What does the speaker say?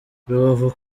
rubavu